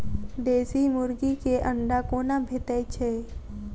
देसी मुर्गी केँ अंडा कोना भेटय छै?